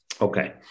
Okay